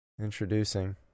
Introducing